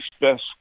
best